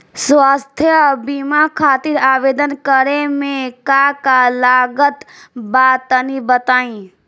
स्वास्थ्य बीमा खातिर आवेदन करे मे का का लागत बा तनि बताई?